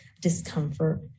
discomfort